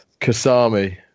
Kasami